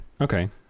okay